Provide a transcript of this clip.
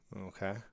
Okay